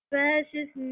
Precious